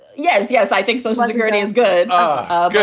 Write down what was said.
yes. yes. i think social security is good. ah good.